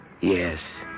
Yes